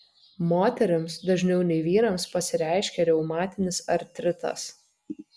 moterims dažniau nei vyrams pasireiškia reumatinis artritas